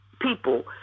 people